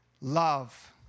love